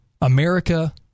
America